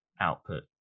output